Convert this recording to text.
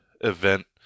event